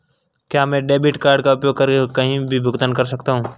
क्या मैं debit card का उपयोग करके कहीं भी भुगतान कर सकता हूं?